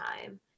time